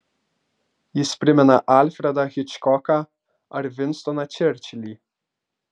jis primena alfredą hičkoką ar vinstoną čerčilį